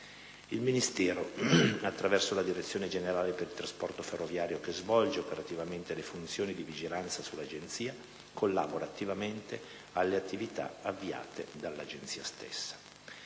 Il Ministero, attraverso la Direzione generale per il trasporto ferroviario, che svolge operativamente le funzioni di vigilanza sull'Agenzia, collabora attivamente alle attività avviate dall'Agenzia stessa.